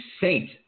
saint